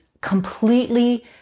completely